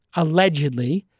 allegedly,